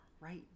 right